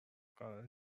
قرارت